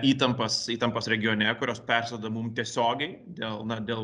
įtampas įtampas regione kurios persiduoda mum tiesiogiai dėl na dėl